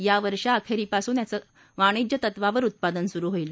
या वर्षाअखेरीपासून याचं वाणिज्य तत्वावर उत्पादन सुरु होईल